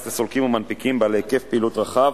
לסולקים ומנפיקים בעלי היקף פעילות רחב,